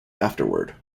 afterward